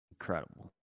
incredible